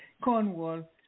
Cornwall